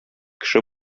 кеше